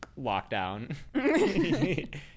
lockdown